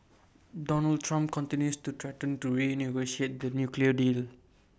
Donald Trump continues to threaten to renegotiate the nuclear deal